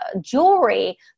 jewelry